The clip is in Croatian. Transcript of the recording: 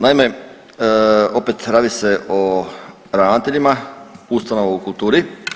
Naime, opet, radi se o ravnateljima ustanova u kulturi.